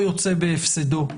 יוצא בהפסדנו.